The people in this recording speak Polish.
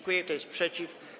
Kto jest przeciw?